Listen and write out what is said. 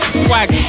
Swag